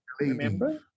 remember